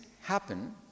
happen